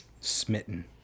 smitten